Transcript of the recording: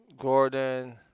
Gordon